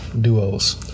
duos